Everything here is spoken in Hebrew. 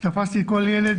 תפסתי כל ילד,